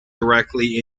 directly